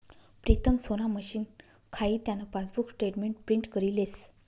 प्रीतम सोना मशीन खाई त्यान पासबुक स्टेटमेंट प्रिंट करी लेस